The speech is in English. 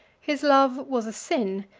his love was a sin,